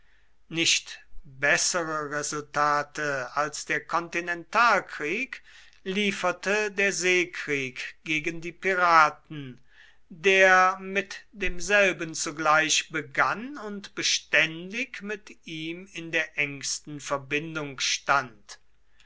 nicht bessere resultate als der kontinentalkrieg lieferte der seekrieg gegen die piraten der mit demselben zugleich begann und beständig mit ihm in der engsten verbindung stand